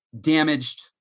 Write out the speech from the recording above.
damaged